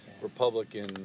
Republican